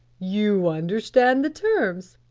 you understand the terms?